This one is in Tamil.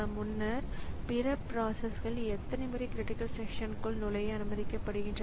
எனவே ப்ராஸஸர் குறுக்கீடு செயலாக்க சுழற்சிக்கு செல்கிறது